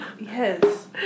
Yes